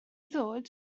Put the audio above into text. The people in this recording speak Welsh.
ddod